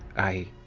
i.